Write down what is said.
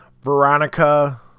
Veronica